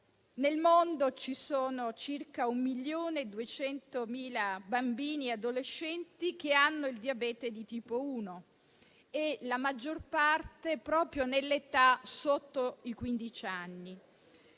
Nel mondo ci sono circa 1,2 milioni di bambini e adolescenti che hanno il diabete di tipo 1 e la maggior parte proprio nell'età sotto i quindici